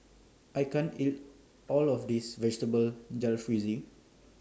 I can't eat All of This Vegetable Jalfrezi